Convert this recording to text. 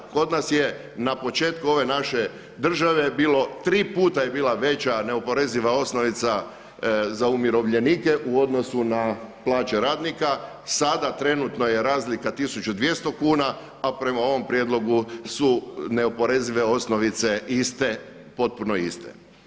Kod nas je na početku ove naše države bilo tri puta je bila veće neoporeziva osnovica za umirovljenike u odnosu na plaće radnika, sada trenutno je razlika 1200 kuna a prema ovom prijedlogu su neoporezive osnovice iste, potpuno iste.